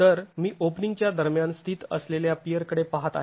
तर मी ओपनिंग च्या दरम्यान स्थित असलेल्या पियर कडे पाहत आहे